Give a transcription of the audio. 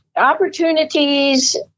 Opportunities